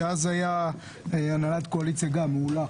שגם אז הייתה הנהלת קואליציה מעולה,